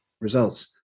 results